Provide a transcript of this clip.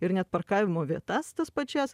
ir net parkavimo vietas tas pačias